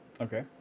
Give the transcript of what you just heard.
Okay